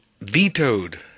vetoed